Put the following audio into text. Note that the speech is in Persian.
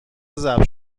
ضبط